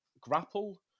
grapple